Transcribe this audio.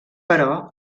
però